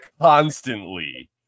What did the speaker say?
Constantly